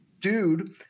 dude –